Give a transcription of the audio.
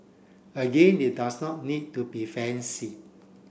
again it does not need to be fancy